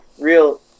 real